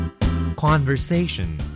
Conversation